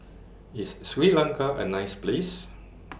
IS Sri Lanka A nice Place